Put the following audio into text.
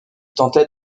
tentait